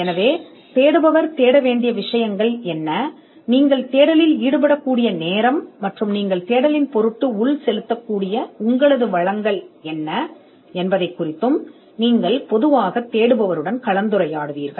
எனவே தேடுபவர் தேட வேண்டிய விஷயங்கள் என்ன நீங்கள் தேடலில் ஈடுபடும் நேரம் மற்றும் வளங்கள் என்ன என்பது குறித்து நீங்கள் பொதுவாக தேடுபவருடன் கலந்துரையாடுவீர்கள்